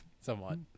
Somewhat